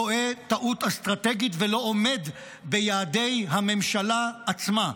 טועה טעות אסטרטגית ולא עומד ביעדי הממשלה עצמה.